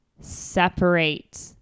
separate